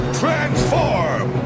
transform